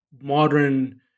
modern